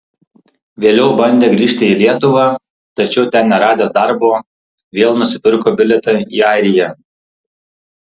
vėliau bandė grįžti į lietuvą tačiau ten neradęs darbo vėl nusipirko bilietą į airiją